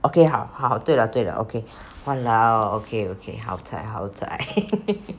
okay 好好对了对了 okay walao okay ok 好 zai 好 zai